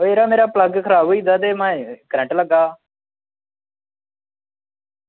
ओह् यरा मेरा प्लग खराब होई गेदा ते महां करंट लग्गा दा